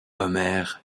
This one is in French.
homer